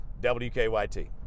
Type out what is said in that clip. WKYT